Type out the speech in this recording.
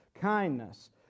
Kindness